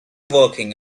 working